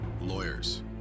lawyers